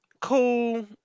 cool